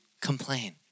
complain